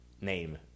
name